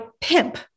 pimp